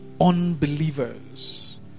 unbelievers